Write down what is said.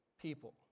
people